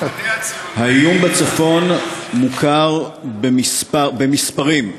האיום בצפון מוכר במספרים,